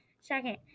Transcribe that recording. Second